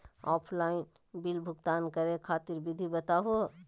Offline bill भुगतान करे खातिर विधि बताही हो?